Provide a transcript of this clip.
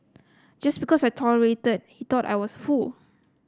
just because I tolerated he thought I was a fool